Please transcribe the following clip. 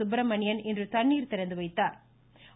சுப்பிரமணியன் இன்று தண்ணீா திறந்துவைத்தாா்